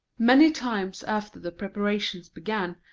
many times after the preparations began,